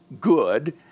good